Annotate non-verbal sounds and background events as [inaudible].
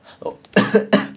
oh [coughs]